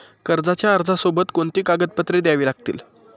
कर्जाच्या अर्जासोबत कोणती कागदपत्रे द्यावी लागतील?